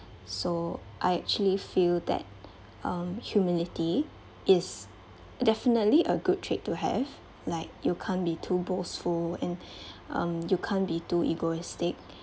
so I actually feel that um humility is definitely a good trait to have like you can't be too boastful and um you can't be too egoistic